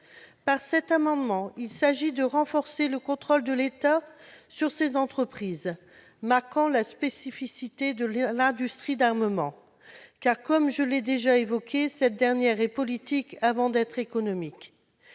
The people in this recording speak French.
sont privés. Nous souhaitons renforcer le contrôle de l'État sur ces entreprises, marquant la spécificité de l'industrie d'armement. Car, comme je l'ai déjà évoqué, cette dernière est politique avant d'être économique.